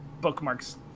bookmarks